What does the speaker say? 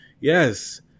Yes